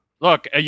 Look